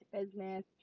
business